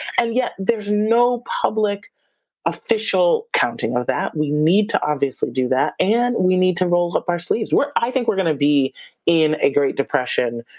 and yet there's no public official counting of that, we need to obviously do that, and we need to roll up our sleeves. i think we're going to be in a great depression,